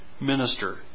minister